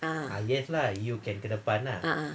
ah a'ah